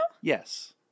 Yes